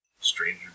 Stranger